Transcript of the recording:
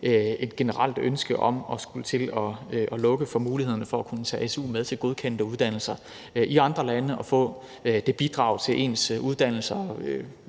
et generelt ønske om at skulle til at lukke for mulighederne for at kunne tage su med til godkendte uddannelser i andre lande og få det bidrag til ens uddannelse